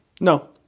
No